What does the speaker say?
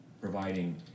providing